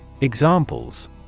Examples